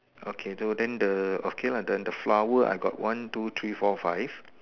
okay so then the okay lah then the flower I got one two three four five